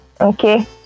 Okay